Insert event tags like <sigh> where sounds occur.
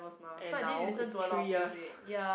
and now it's three years <breath>